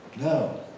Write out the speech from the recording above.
No